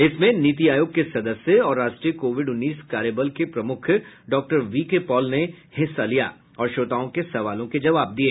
इसमें नीति आयोग के सदस्य और राष्ट्रीय कोविड उन्नीस कार्यबल के प्रमुख डॉक्टर वीके पॉल ने हिस्सा लिया और श्रोताओं के सवालों के जवाब दिए